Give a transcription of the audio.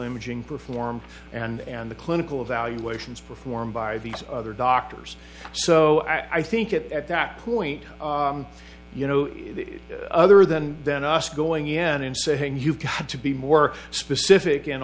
imaging performed and and the clinical evaluations performed by these other doctors so i think it at that point you know other than than us going in and saying you've got to be more specific